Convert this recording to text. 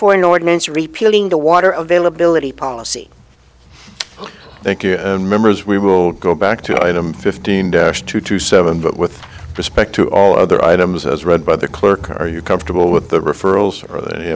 an ordinance repealing the water availability policy thank you members we will go back to item fifteen dash two to seven but with respect to all other items as read by the clerk are you comfortable with the referrals or